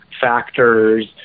factors